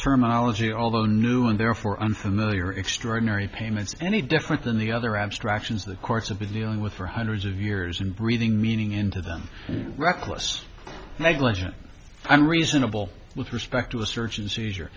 terminology although new and therefore unfamiliar extraordinary payments any different than the other abstractions the courts of be dealing with for hundreds of years and reading meaning into them reckless or negligent and reasonable with respect to a search and seizure